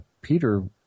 peter